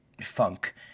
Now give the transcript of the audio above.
funk